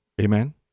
Amen